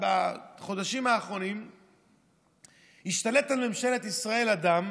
בחודשים האחרונים השתלט על ממשלת ישראל אדם